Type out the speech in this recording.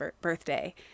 birthday